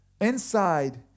Inside